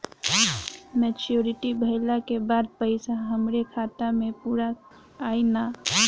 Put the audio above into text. Maturity भईला के बाद पईसा हमरे खाता म पूरा आई न?